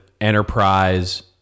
enterprise